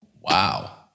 Wow